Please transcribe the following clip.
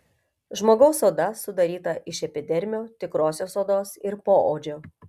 žmogaus oda sudaryta iš epidermio tikrosios odos ir poodžio